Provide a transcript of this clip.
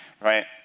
right